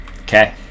Okay